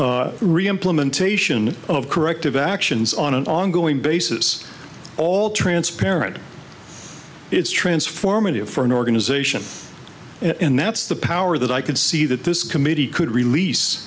have re implementation of corrective actions on an ongoing basis all transparent it's transformative for an organization and that's the power that i could see that this committee could release